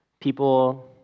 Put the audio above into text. People